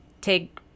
take